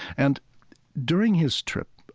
and during his trip,